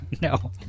No